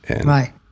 Right